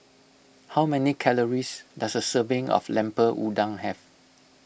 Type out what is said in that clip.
how many calories does a serving of Lemper Udang have